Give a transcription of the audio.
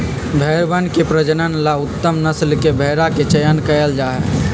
भेंड़वन के प्रजनन ला उत्तम नस्ल के भेंड़ा के चयन कइल जाहई